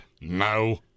no